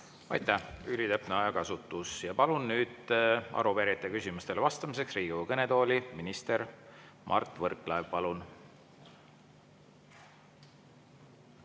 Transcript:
Aitäh! Ülitäpne ajakasutus. Palun nüüd arupärijate küsimustele vastamiseks Riigikogu kõnetooli minister Mart Võrklaeva. Palun!